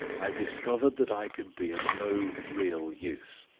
i discovered that i could be of no real use.